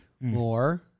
more